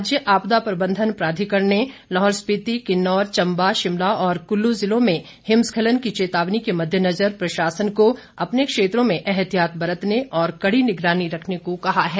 राज्य आपदा प्रबंधन प्राधिकरण ने लाहौल स्पीति किन्नौर चंबा शिमला और कुल्लू जिलों में हिमस्खलन चेतावनी के मद्देनजर प्रशासन को अपने क्षेत्रों में एहतियात बरतने और कड़ी निगरानी रखने को कहा है